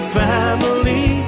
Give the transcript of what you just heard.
family